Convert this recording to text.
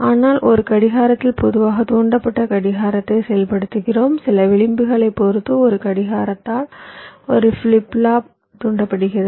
ஆனால் ஒரு கடிகாரத்தில் பொதுவாக தூண்டப்பட்ட கடிகாரத்தை செயல்படுத்துகிறோம் சில விளிம்புகளைப் பொறுத்து ஒரு கடிகாரத்தால் ஒரு பிளிப் ஃப்ளாப் தூண்டப்படுகிறது